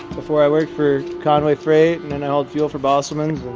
before i worked for conway freight and i hauled fuel for bosselmans.